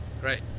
Great